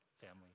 family